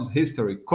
history